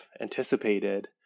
anticipated